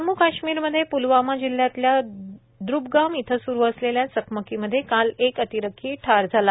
जम्मू कश्मीरमध्ये प्लवामा जिल्ह्यातल्या द्र्बगाम इथं स्रु असलेल्या चकमकीमध्ये काल एक अतिरेकी ठार झाला